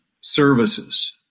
Services